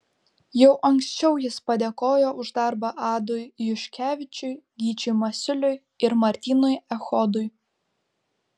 jau anksčiau jis padėkojo už darbą adui juškevičiui gyčiui masiuliui ir martynui echodui